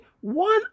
one